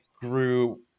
grew